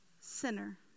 sinner